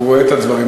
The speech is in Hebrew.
הוא רואה את הדברים,